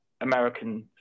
American